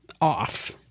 off